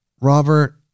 Robert